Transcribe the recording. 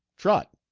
trot!